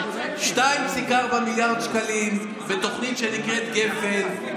2.4 מיליארד שקלים בתוכנית שנקראת גפ"ן,